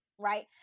right